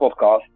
Podcast